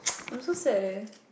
I'm so sad leh